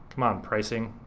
come on pricing.